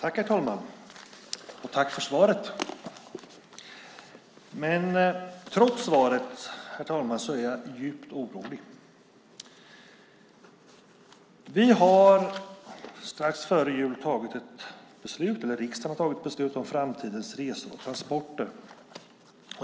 Herr talman! Tack för svaret! Trots svaret är jag djupt orolig. Strax före jul fattade riksdagen beslut om framtidens resor och transporter.